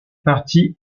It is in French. partie